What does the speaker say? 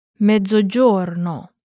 Mezzogiorno